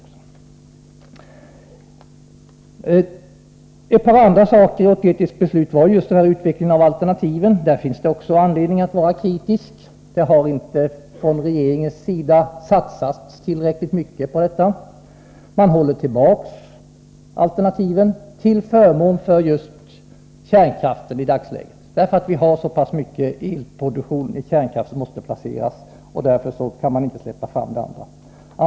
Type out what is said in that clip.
Så till någonting annat. 1981 års beslut gällde just en utveckling av de olika alternativen. På den punkten finns det anledning att vara kritisk. Från regeringens sida har man nämligen inte satsat tillräckligt mycket på detta område. I dagsläget håller man tillbaka olika alternativ till förmån för just kärnkraften, därför att elproduktionen i kärnkraftverken är mycket hög. Av den anledningen kan man inte släppa fram andra alternativ.